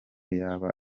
yaba